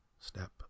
Step